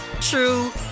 true